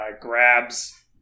grabs